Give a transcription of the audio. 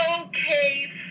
Okay